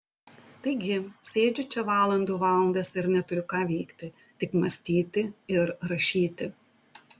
taigi sėdžiu čia valandų valandas ir neturiu ką veikti tik mąstyti ir rašyti